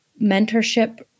mentorship